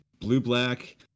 blue-black